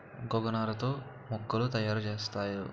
గోగనార తో మోకులు తయారు సేత్తారు